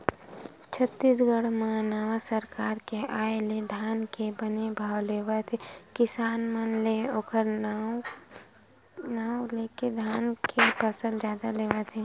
छत्तीसगढ़ म नवा सरकार के आय ले धान के बने भाव लेवत हे किसान मन ले ओखर नांव लेके धान के फसल जादा लेवत हे